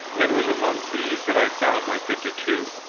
and it was among these that i found my fifty-two.